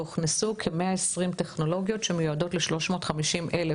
והוכנסו כ-120 טכנולוגיות שמיועדות ל-350,000